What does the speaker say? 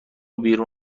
بیرون